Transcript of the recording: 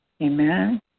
Amen